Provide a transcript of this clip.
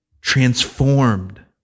Transformed